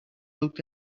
looked